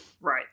Right